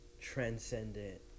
transcendent